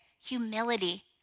humility